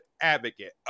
advocate